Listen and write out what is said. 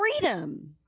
freedom